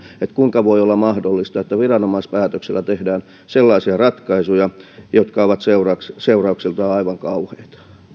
kuinka voi olla mahdollista että viranomaispäätöksellä tehdään sellaisia ratkaisuja jotka ovat seurauksiltaan aivan kauheita